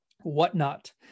whatnot